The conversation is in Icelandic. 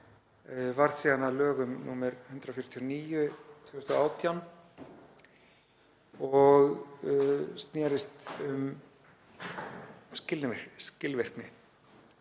varð síðan að lögum nr. 149/2018 og snerist um skilvirkni.